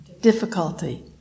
difficulty